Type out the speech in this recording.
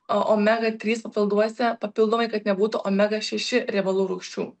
omega trys papilduose papildomai kad nebūtų omega šeši riebalų rūgščių